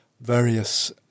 various